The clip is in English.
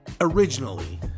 originally